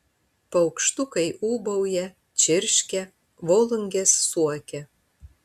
paukštukai ūbauja čirškia volungės suokia